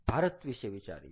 ભારત વિશે વિચારીએ